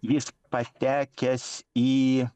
jis patekęs į